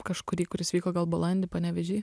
kažkurį kuris vyko gal balandį panevėž